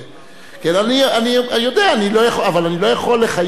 אני יודע אבל אני לא יכול לחייב שר.